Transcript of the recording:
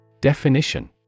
Definition